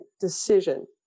decision